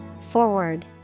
Forward